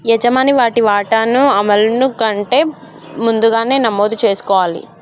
యజమాని వాటి వాటాను అమలును కంటే ముందుగానే నమోదు చేసుకోవాలి